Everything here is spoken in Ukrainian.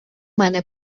мене